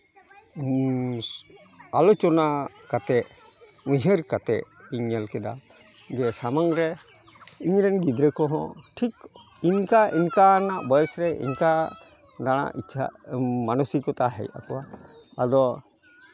ᱟᱞᱳᱪᱚᱱᱟ ᱠᱟᱛᱮᱫ ᱩᱭᱦᱟᱹᱨ ᱠᱟᱛᱮᱫ ᱤᱧ ᱧᱮᱞ ᱠᱮᱫᱟ ᱡᱮ ᱥᱟᱢᱟᱝ ᱨᱮ ᱤᱧᱨᱮᱱ ᱜᱤᱫᱽᱨᱟᱹ ᱠᱚᱦᱚᱸ ᱴᱷᱤᱠ ᱤᱱᱠᱟ ᱤᱱᱠᱟᱱᱟᱜ ᱵᱚᱭᱮᱥ ᱨᱮ ᱤᱱᱠᱟ ᱫᱟᱬᱟ ᱤᱪᱪᱷᱟ ᱢᱟᱱᱚᱥᱤᱠᱚᱛᱟ ᱦᱮᱡ ᱟᱠᱚᱣᱟ ᱟᱫᱚ